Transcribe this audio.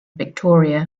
victoria